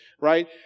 right